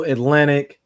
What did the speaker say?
Atlantic